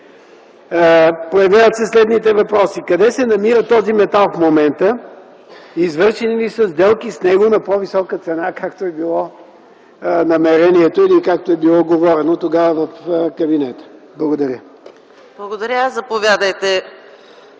появяват се следните въпроси: Къде се намира този метал в момента? Извършени ли са сделки с него на по-висока цена, както е било намерението или както е било уговорено тогава в кабинета? Благодаря. ПРЕДСЕДАТЕЛ